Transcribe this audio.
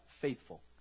Faithful